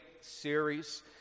series